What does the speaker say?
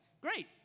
Great